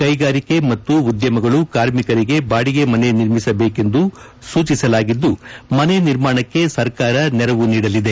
ಕೈಗಾರಿಕೆ ಮತ್ತು ಉದ್ಯಮಗಳು ಕಾರ್ಮಿಕರಿಗೆ ಬಾಡಿಗೆ ಮನೆ ನಿರ್ಮಿಸಬೇಕೆಂದು ಸೂಚಿಸಲಾಗಿದ್ದು ಮನೆ ನಿರ್ಮಾಣಕ್ಕೆ ಸರ್ಕಾರ ನೆರವು ನೀಡಲಿದೆ